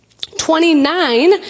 Twenty-nine